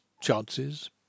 chances